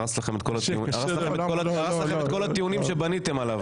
הרס לכם את כל הטיעונים שבניתם עליו.